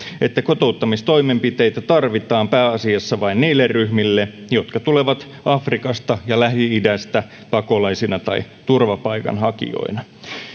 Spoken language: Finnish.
että kotouttamistoimenpiteitä tarvitaan pääasiassa vain niille ryhmille jotka tulevat afrikasta ja lähi idästä pakolaisina tai turvapaikanhakijoina